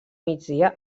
migdia